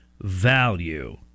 value